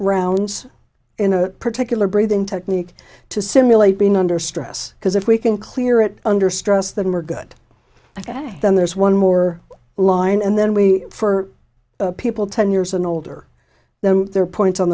rounds in a particular breathing technique to simulate being under stress because if we can clear it under stress than we're good ok then there's one more line and then we for people ten years and older them their points on